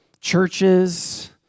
churches